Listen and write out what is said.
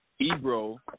Ebro